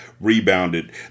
rebounded